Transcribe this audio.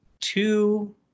two